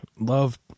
love